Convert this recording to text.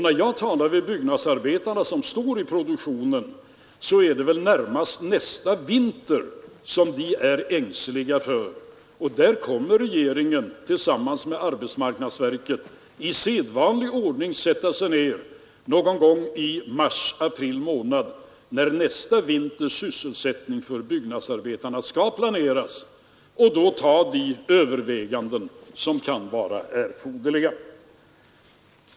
När jag talar med byggnadsarbetare som står i produktionen, erfar jag att det väl närmast är nästa vinter som de är ängsliga för. Regeringen kommer att tillsammans med arbetsmarknadsverket i sedvanlig ordning någon gång i mars—april månad, när nästa vinters sysselsättning för byggnadsarbetarna skall planeras, göra de överväganden som kan vara erforderliga.